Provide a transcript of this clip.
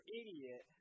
idiot